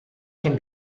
can